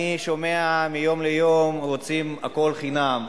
אני שומע, מיום ליום רוצים הכול חינם,